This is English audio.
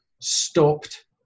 stopped